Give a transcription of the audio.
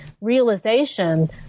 realization